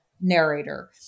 narrator